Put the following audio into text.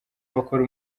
bakora